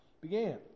began